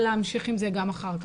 להמשיך עם זה גם אחר כך.